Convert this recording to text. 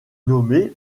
nommé